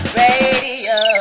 radio